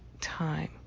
time